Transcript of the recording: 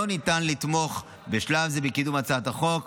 לא ניתן לתמוך בשלב זה בקידום הצעת החוק.